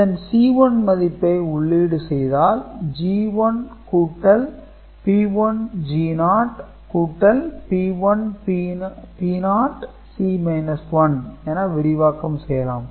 இதன் C1ன் மதிப்பை உள்ளீடு செய்தால் G1 கூட்டல் P1 G0 கூட்டல் P1 P0 C 1 என விரிவாக்கம் செய்யலாம்